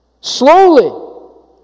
slowly